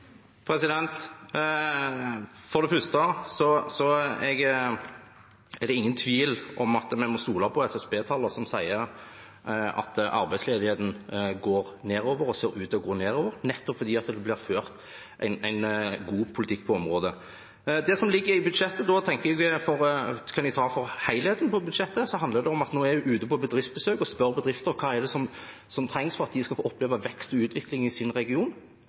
For det første er det ingen tvil om at vi må stole på SSB-tallene som sier at arbeidsledigheten går nedover og ser ut til å gå nedover nettopp fordi det blir ført en god politikk på området. Det som ligger i budsjettet, og da tenker jeg på helheten i budsjettet, handler om at når jeg er ute på bedriftsbesøk og spør bedrifter om hva som trengs for at de skal oppleve vekst og utvikling i sin region,